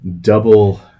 double